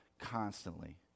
constantly